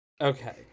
Okay